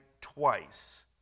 twice